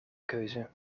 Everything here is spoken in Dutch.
keuze